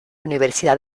universidad